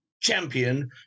champion